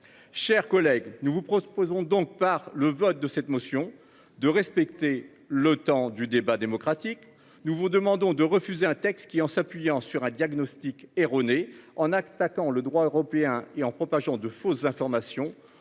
Chers collègues, nous vous proposons donc par le vote de cette motion de respecter le temps du débat démocratique, nous vous demandons de refuser un texte qui, en s'appuyant sur un diagnostic erroné en attaquant le droit européen et en propageant de fausses informations